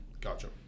Gotcha